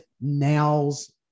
nails